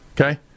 Okay